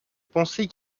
penser